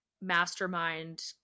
mastermind